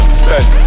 spend